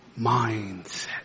mindset